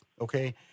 okay